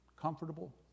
comfortable